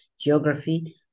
geography